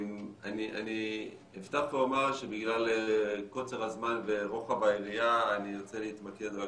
אני אפתח ואומר שבגלל קוצר הזמן ורוחב היריעה אני ארצה להתמקד רק